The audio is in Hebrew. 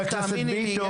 תאמיני לי,